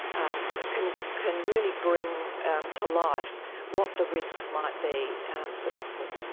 and can can really bring to life what the risks might be for people.